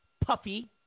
Puffy